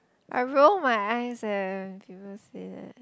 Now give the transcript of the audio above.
I roll my eyes eh when people say that